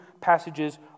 passages